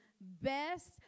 best